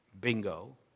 bingo